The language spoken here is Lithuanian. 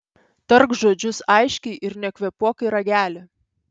tark žodžius aiškiai ir nekvėpuok į ragelį